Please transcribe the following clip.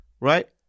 Right